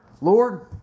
Lord